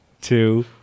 two